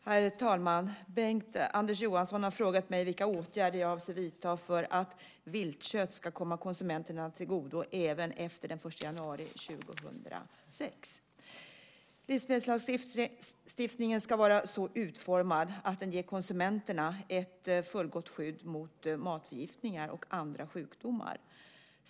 Herr talman! Bengt-Anders Johansson har frågat mig vilka åtgärder jag avser att vidta för att viltkött ska komma konsumenterna till godo även efter den 1 januari 2006. Livsmedelslagstiftningen ska vara så utformad att den ger konsumenterna ett fullgott skydd mot matförgiftningar och andra sjukdomar.